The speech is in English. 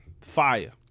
Fire